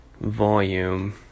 volume